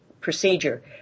procedure